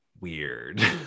weird